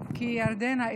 כי ירדנה,